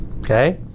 Okay